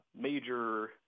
major